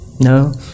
No